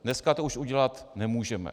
Dneska to už udělat nemůžeme.